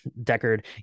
Deckard